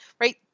right